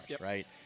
right